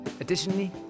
Additionally